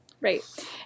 Right